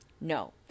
No